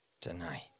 tonight